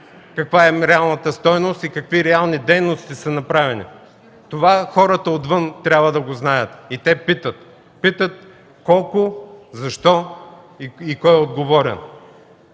каква е реалната стойност и какви реални дейности са извършени. Това хората отвън трябва да го знаят. Те питат: колко, защо и кой е отговорен?